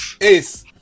Ace